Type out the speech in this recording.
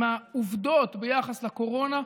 עם העובדות ביחס לקורונה,